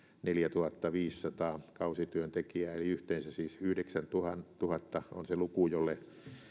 neljätuhattaviisisataa kausityöntekijää eli yhteensä siis yhdeksäntuhatta on se luku jolle